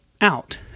out